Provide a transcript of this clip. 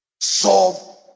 solve